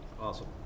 Awesome